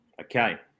Okay